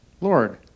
Lord